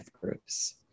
groups